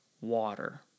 water